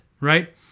right